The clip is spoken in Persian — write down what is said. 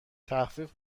تخفیف